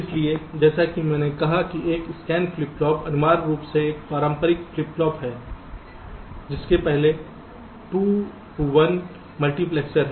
इसलिए जैसा कि मैंने कहा कि एक स्कैन फ्लिप फ्लॉप अनिवार्य रूप से एक पारंपरिक फ्लिप फ्लॉप है जिसके पहले 2 टू 1 मल्टीप्लेक्सर है